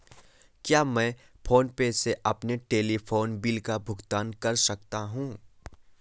क्या मैं PhonePe से अपने टेलीफोन बिल का भुगतान कर सकता हूँ?